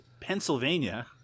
Pennsylvania